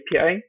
api